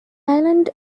island